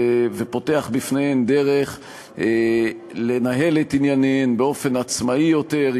פותח בפניהן דרך לנהל את ענייניהן באופן עצמאי יותר,